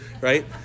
right